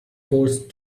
forced